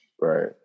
Right